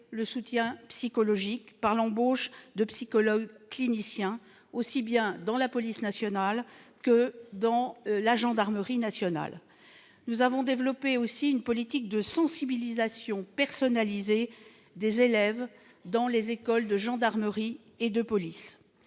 le soutien psychologique par l'embauche de psychologues cliniciens, aussi bien dans la police nationale que dans la gendarmerie nationale. Nous avons également développé une politique de sensibilisation personnalisée des élèves dans les écoles de gendarmerie et de police.